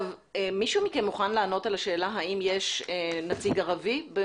מישהו מכם מוכן לענות על השאלה האם יש נציג ערבי?